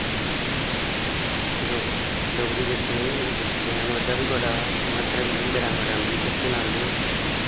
डोगरी बिच्च गरैमर दा बी बड़ा मैह्तव ऐ जियां गरैमर आंदा